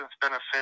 benefits